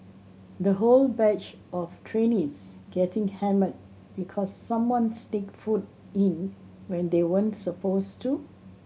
the whole batch of trainees getting hammered because someone sneaked food in when they weren't supposed to